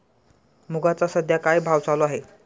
मुगाचा सध्या काय भाव चालू आहे?